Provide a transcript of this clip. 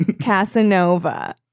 Casanova